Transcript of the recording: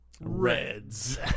reds